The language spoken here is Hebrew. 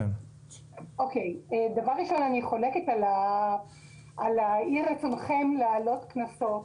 אני חולקת על אי רצונכם להעלות קנסות